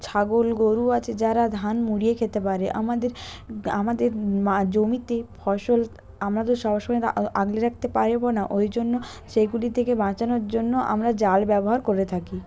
ছাগল গোরু আছে যারা ধান মুড়িয়ে খেতে পারে আমাদের আমাদের মা জমিতে ফসল আমরা তো সবসময় তো আগলে রাখতে পারব না ওই জন্য সেগুলি থেকে বাঁচানোর জন্য আমরা জাল ব্যবহার করে থাকি